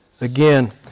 again